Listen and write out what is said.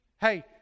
Hey